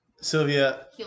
Sylvia